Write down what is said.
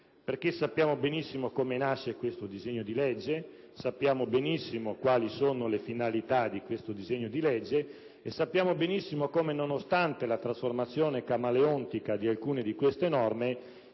sappiamo benissimo come nasce questo disegno di legge, sappiamo benissimo quali sono le sue finalità e sappiamo benissimo come, nonostante la trasformazione camaleontica di alcune di queste norme,